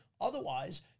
otherwise